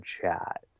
Chat